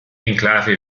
enklave